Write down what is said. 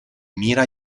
mira